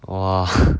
!wah!